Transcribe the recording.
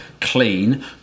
clean